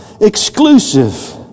exclusive